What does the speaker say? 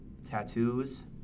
tattoos